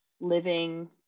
living